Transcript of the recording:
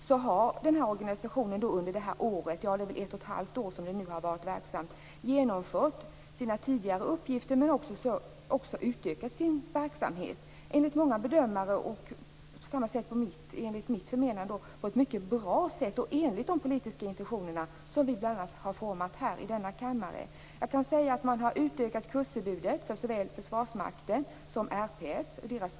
Och den organisationen har under det ett och ett halvt år som den har varit verksam genomfört sina tidigare uppgifter, och också utökat sin verksamhet, enligt många bedömare och enligt mitt förmenande på ett mycket bra sätt och enligt de politiska intentioner som vi bl.a. har format här i denna kammare. Man har utökat kursutbudet för såväl försvarsmaktens som RPS behov.